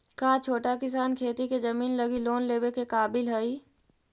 का छोटा किसान खेती के जमीन लगी लोन लेवे के काबिल हई?